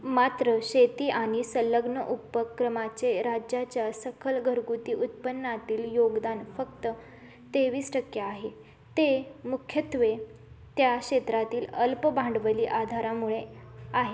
मात्र शेती आणि संलग्न उपक्रमाचे राज्याच्या सकल घरगुती उत्पन्नातील योगदान फक्त तेवीस टक्के आहे ते मुख्यत्वे त्या क्षेत्रातील अल्प भांडवली आधारामुळे आहे